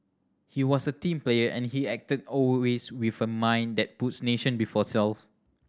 he was a team player and he acted always with a mind that puts nation before self